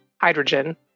hydrogen